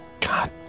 God